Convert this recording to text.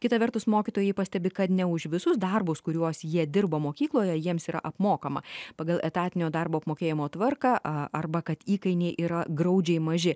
kita vertus mokytojai pastebi kad ne už visus darbus kuriuos jie dirba mokykloje jiems yra apmokama pagal etatinio darbo apmokėjimo tvarką a arba kad įkainiai yra graudžiai maži